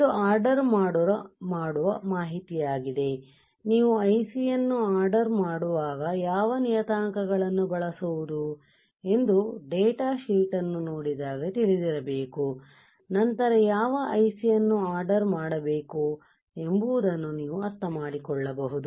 ಇದು ಆರ್ಡರ್ ಮಾಡುವ ಮಾಹಿತಿಯಾಗಿದೆ ನೀವು IC ಯನ್ನು ಆರ್ಡರ್ ಮಾಡವಾಗ ಯಾವ ನಿಯತಾಂಕಗಳನ್ನು ಬಳಸುವುದು ಎಂದು ಡೇಟಾ ಶೀಟ್ ಅನ್ನು ನೋಡಿದಾಗ ತಿಳಿದಿರಬೇಕು ನಂತರ ಯಾವ IC ಯನ್ನು ಆರ್ಡರ್ ಮಾಡಬೇಕು ಎಂಬುದನ್ನು ನೀವು ಅರ್ಥಮಾಡಿಕೊಳ್ಳಬಹುದು